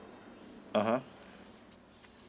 (uh huh)